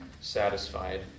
satisfied